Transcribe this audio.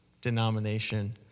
denomination